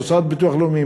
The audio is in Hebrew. המוסד לביטוח הלאומי,